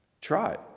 Try